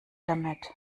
damit